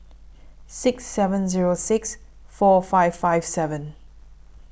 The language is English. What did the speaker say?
six seven Zero six four five five seven